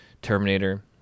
Terminator